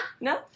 No